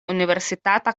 universitata